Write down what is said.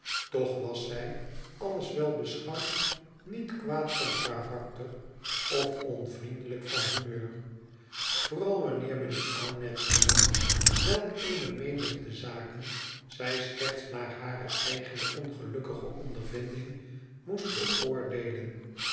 toch was zij alles wel beschouwd niet kwaad van karakter of onvriendelijk van humeur vooral wanneer men in aanmerking neemt welk eene menigte zaken zij slechts naar hare eigene ongelukkige ondervinding moest beoordeelen